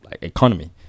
economy